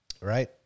right